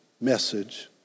message